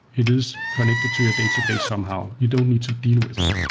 it is connected to your database somehow. you don't need to deal with it.